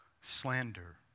slander